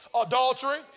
Adultery